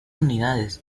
unidades